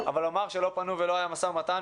אבל לומר שלא פנו ולא היה משא ומתן,